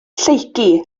lleucu